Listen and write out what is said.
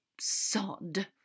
sod